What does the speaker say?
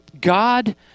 God